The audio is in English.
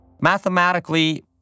Mathematically